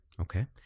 Okay